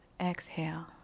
exhale